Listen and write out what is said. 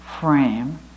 frame